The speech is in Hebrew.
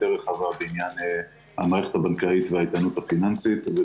היותר רחבה בעניין המערכת הבנקאית וההתנהלות הפיננסית.